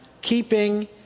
keeping